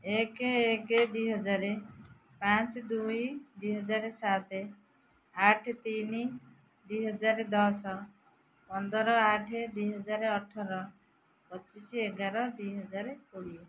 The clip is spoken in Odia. ଏକ ଏକ ଦୁଇ ହଜାର ପାଞ୍ଚ ଦୁଇ ଦୁଇ ହଜାର ସାତ ଆଠ ତିନି ଦୁଇ ହଜାର ଦଶ ପନ୍ଦର ଆଠ ଦୁଇ ହଜାର ଅଠର ପଚିଶି ଏଗାର ଦୁଇ ହଜାର କୋଡ଼ିଏ